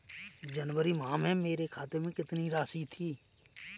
जनवरी माह में मेरे खाते में कितनी राशि थी?